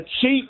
cheap